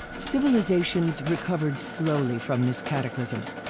civilizations recovered slowly from this cataclysm.